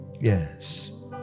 Yes